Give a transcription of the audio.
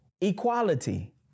equality